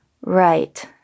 Right